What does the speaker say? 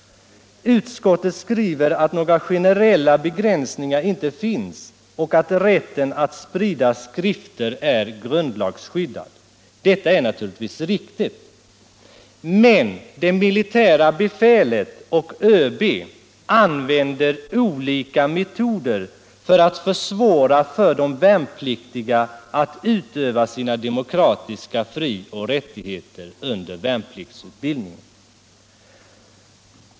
Utskottet skriver att några generella begränsningar inte finns och att rätten att sprida skrifter är grundlagsskyddad. Detta är naturligtvis riktigt. Men det militära befälet och ÖB använder olika metoder för att försvåra för de värnpliktiga att utöva sina demokratiska frioch rättigheter under värnpliktsutbildningen.